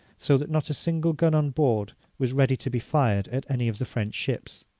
so that not a single gun on board was ready to be fired at any of the french ships.